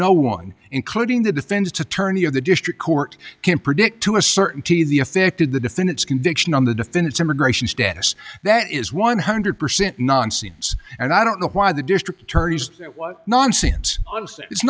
no one including the defense attorney of the district court can predict to a certainty the affected the defendant's conviction on the defendant's immigration status that is one hundred percent nonsense and i don't know why the district attorney's nonsense i